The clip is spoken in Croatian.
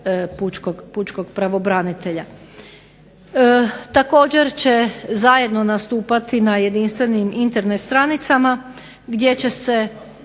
pučki pravobranitelja. Također će zajedno nastupati na jedinstvenim Internet stranicama gdje će se